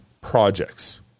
projects